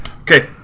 Okay